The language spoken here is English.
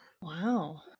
Wow